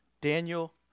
Daniel